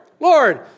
Lord